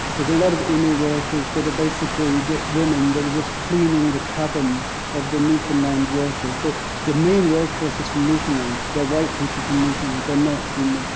there's a lot of innu workers that are basically women that are just cleaning the cabins of the newfoundland workers. so the main workforce is from newfoundland. they're white people from newfoundland. they're not innu.